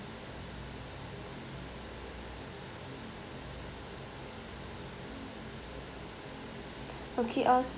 okay uh